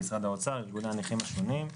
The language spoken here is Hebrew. משרד האוצר וארגוני הנכים השונים.